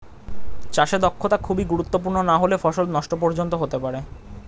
চাষে দক্ষতা খুবই গুরুত্বপূর্ণ নাহলে ফসল নষ্ট পর্যন্ত হতে পারে